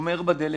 שומר בדלת.